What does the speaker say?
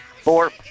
Four